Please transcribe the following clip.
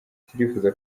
turifuza